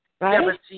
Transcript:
Right